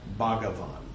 Bhagavan